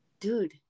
dude